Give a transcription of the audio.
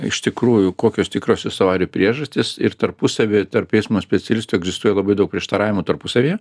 iš tikrųjų kokios tikrosios avarijų priežastys ir tarpusavyje tarp eismo specialistų egzistuoja labai daug prieštaravimų tarpusavyje